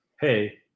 hey